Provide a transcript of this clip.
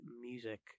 music